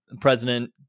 president